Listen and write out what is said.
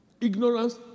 Ignorance